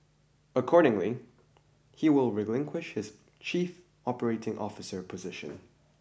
accordingly he will relinquish his chief operating officer position